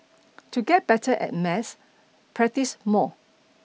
to get better at maths practice more